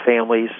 families